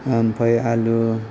ओमफ्राय आलु